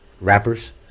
rappers